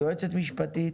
יועצת משפטית,